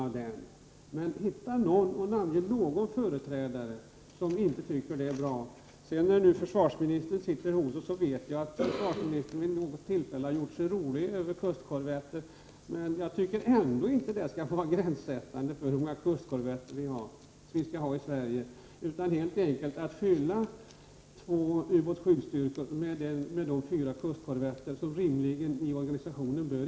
Försök dock hitta och namnge någon företrädare som inte tycker att det är bra. Försvarsministern är nu närvarande i kammaren. Jag vet att han vid något tillfälle har gjort sig lustig över kustkorvetter. Jag tycker ändock inte att det skall vara gränssättande för hur många kustkorvetter vi skall ha i Sverige. Vi bör helt enkelt fylla två ubåtsjaktstyrkor med de fyra kustkorvetter som rimligen skall ingå i organisationen.